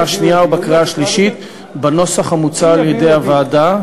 השנייה ובקריאה השלישית בנוסח המוצע על-ידי הוועדה.